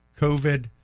covid